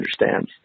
understands